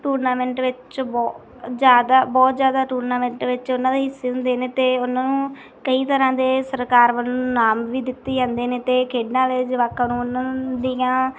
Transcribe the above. tournament ਵਿੱਚ ਬਹੁਤ ਜ਼ਿਆਦਾ ਬਹੁਤ ਜ਼ਿਆਦਾ ਟੂਰਨਾਮੈਂਟ ਵਿੱਚ ਉਹਨਾਂ ਦੇ ਹਿੱਸੇ ਹੁੰਦੇ ਨੇ ਅਤੇ ਉਹਨਾਂ ਨੂੰ ਕਈ ਤਰ੍ਹਾਂ ਦੇ ਸਰਕਾਰ ਵੱਲੋਂ ਇਨਾਮ ਵੀ ਦਿੱਤੀ ਜਾਂਦੇ ਨੇ ਅਤੇ ਖੇਡਾਂ ਵਾਲੇ ਜਵਾਕਾਂ ਨੂੰ ਉਹਨਾਂ ਦੀਆਂ